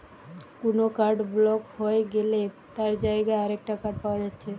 কুনো card block হই গ্যালে তার জাগায় আরেকটা কার্ড পায়া যাচ্ছে